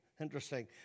interesting